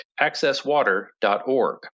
accesswater.org